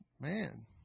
man